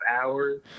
hours